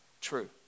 true